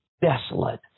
desolate